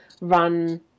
run